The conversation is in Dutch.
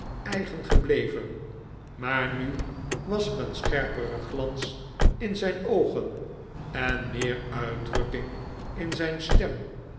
eigen gebleven maar nu was er een scherpere glans in zijn oogen en meer uitdrukking in zijn stem